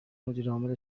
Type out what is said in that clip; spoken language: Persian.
مدیرعامل